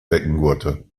beckengurte